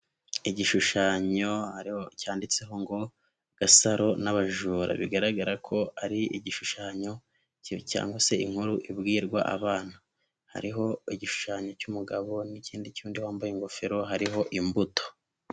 Igishushanyo cyanditseho ngo Gasaro n'abajura. Bigaragara ko ari igishushanyo kibi cyangwa se inkuru ibwirwa abana. Hariho igishushanyo cy'umugabo n'ikindi cy'undi wambaye ingofero, hariho imbuto.